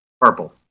Purple